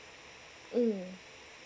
mm